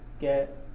get